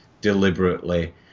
deliberately